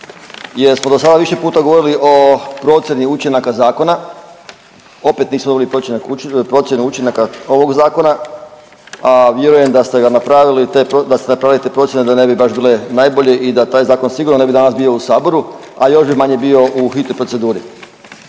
jer smo dosada više puta govorili o procjeni učinaka zakona, opet nismo dobili procjenu učinaka ovog zakona, a vjerujem da ste ga napravili te pro…, da ste napravili te procjene da ne bi baš bile najbolje i da taj zakon sigurno ne bi danas bio u saboru, ali još bi manje bio u hitnoj proceduri.